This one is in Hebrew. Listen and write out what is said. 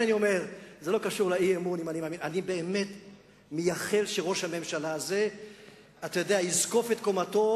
אני באמת מייחל שראש הממשלה הזה יזקוף את קומתו